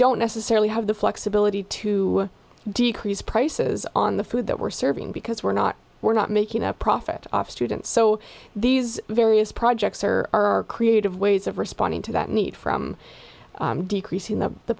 don't necessarily have the flexibility to decrease prices on the food that we're serving because we're not we're not making a profit off students so these various projects are our creative ways of responding to that need from decreasing the